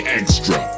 extra